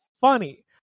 funny